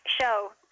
show